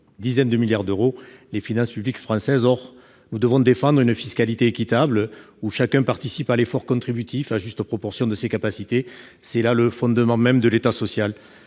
dizaines de milliards d'euros les finances publiques françaises. Or nous devons défendre une fiscalité équitable, par laquelle chacun participe à l'effort contributif à juste proportion de ses capacités : c'est le fondement même de l'État social.